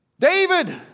David